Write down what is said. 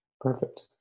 Perfect